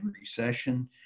recession